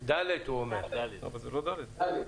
--- בסעיף